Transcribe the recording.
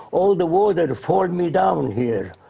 all the water fall me down here.